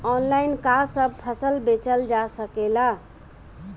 Online का सब फसल बेचल जा सकेला?